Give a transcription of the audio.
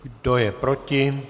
Kdo je proti?